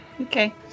Okay